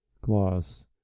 Gloss